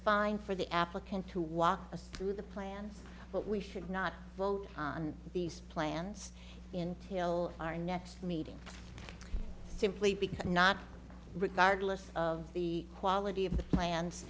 fine for the applicant to walk us through the plans but we should not will these plans in till our next meeting simply be not regardless of the quality of the plans